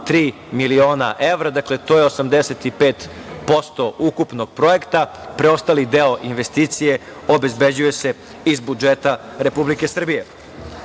miliona evra. Dakle, to je 85% ukupnog projekta. Preostali deo investicije obezbeđuje se iz budžeta Republike Srbije. Pred